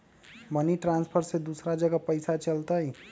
Money transfer से दूसरा जगह पईसा चलतई?